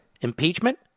Impeachment